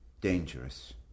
dangerous